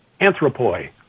anthropoi